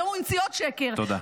היום הוא המציא עוד שקר -- תודה.